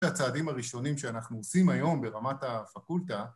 ‫את הצעדים הראשונים שאנחנו עושים ‫היום ברמת הפקולטה...